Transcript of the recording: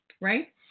right